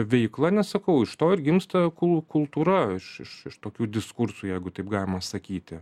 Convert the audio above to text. veikla nes sakau iš to ir gimsta kul kultūra iš iš tokių diskursų jeigu taip galima sakyti